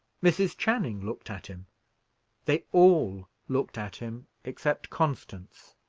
mrs. channing looked at him they all looked at him, except constance,